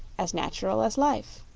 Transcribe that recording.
as natural as life.